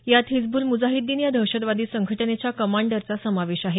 यात हिजबुल मुजाहिद्दीन या दहशतवादी संघटनेच्या कमांडरचा समावेश आहे